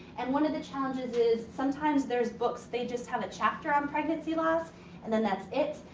and one of the challenges is sometimes there is books, they just have a chapter on pregnancy loss and then that's it.